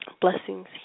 blessings